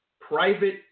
private